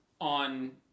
On